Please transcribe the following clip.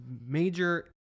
major